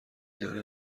داره